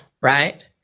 Right